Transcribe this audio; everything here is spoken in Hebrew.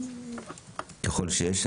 ככול שיש,